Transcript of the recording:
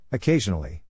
Occasionally